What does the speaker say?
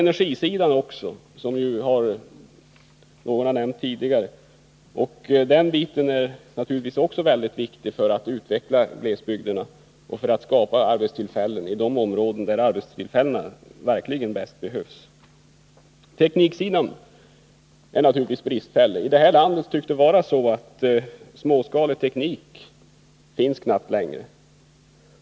Energisidan, som någon har nämnt tidigare, är naturligtvis också väldigt viktig för att utveckla glesbygderna och skapa arbetstillfällen i de områden där de bäst behövs. Tekniksidan är naturligtvis bristfällig. Här i landet tycks småskalig teknik knappast finnas längre.